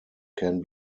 can